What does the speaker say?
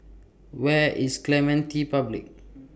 Where IS Clementi Public